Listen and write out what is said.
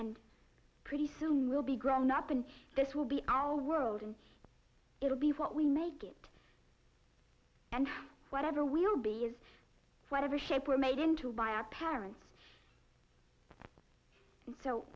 and pretty soon we'll be grown up and this will be our world and it'll be what we make it and whatever we will be is whatever shape were made into by our parents and so